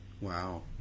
Wow